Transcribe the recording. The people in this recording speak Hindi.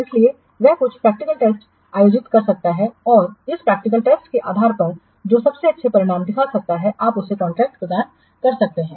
इसलिए वह कुछ प्रैक्टिकल टेस्ट आयोजित कर सकता है और इस प्रैक्टिकल टेस्ट के आधार पर जो सबसे अच्छे परिणाम दिखा सकता है आप उन्हें कॉन्ट्रैक्ट प्रदान कर सकते हैं